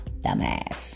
dumbass